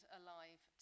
alive